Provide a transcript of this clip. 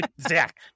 Zach